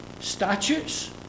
statutes